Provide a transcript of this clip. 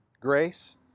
grace